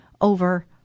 over